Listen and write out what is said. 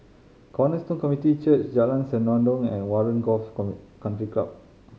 Cornerstone Community Church Jalan Senandong and Warren Golf Country Club